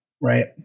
Right